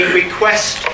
request